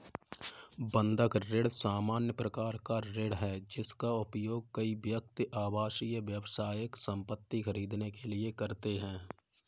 बंधक ऋण सामान्य प्रकार का ऋण है, जिसका उपयोग कई व्यक्ति आवासीय, व्यावसायिक संपत्ति खरीदने के लिए करते हैं